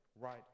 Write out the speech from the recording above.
right